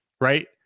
right